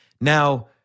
Now